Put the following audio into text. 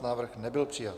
Návrh nebyl přijat.